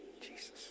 Jesus